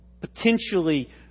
potentially